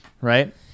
Right